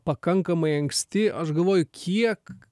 pakankamai anksti aš galvoju kiek